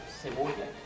cebolla